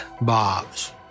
Bob's